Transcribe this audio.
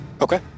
Okay